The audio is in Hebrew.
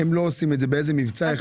הן לא עושות את זה במבצע אחד.